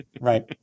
Right